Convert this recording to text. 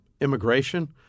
immigration